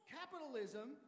capitalism